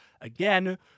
again